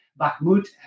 Bakhmut